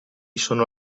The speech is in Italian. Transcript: sono